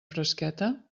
fresqueta